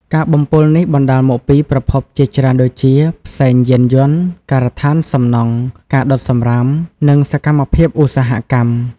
ការបំពុលនេះបណ្ដាលមកពីប្រភពជាច្រើនដូចជា ផ្សែងយានយន្ត ការដ្ឋានសំណង់ ការដុតសំរាម និងសកម្មភាពឧស្សាហកម្ម។